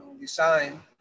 design